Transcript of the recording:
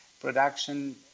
production